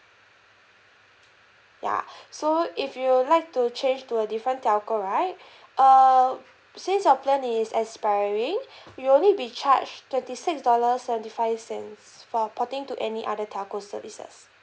ya so if you would like to change to a different telco right uh since your plan is expiring you'll only be charged twenty six dollars seventy five cents for porting to any other telco services